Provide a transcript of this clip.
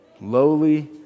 lowly